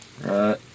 right